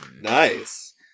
Nice